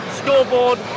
scoreboard